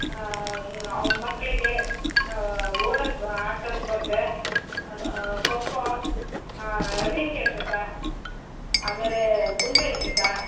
ಅವು ಮಕ್ಕಳಿಗೆ ಓಡೋ ಆಟದ ಸ್ಪರ್ಧೆ ಖೊ ಖೋ ರಿಂಗ್ ಎಸೆತ ಆಮೇಲೆ ಗುಂಡು ಎಸೆತ